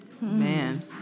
Man